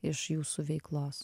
iš jūsų veiklos